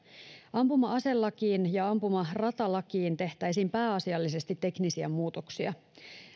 ampuma aselakiin ja ampumaratalakiin tehtäisiin pääasiallisesti teknisiä muutoksia